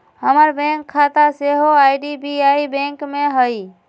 हमर बैंक खता सेहो आई.डी.बी.आई बैंक में हइ